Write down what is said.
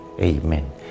Amen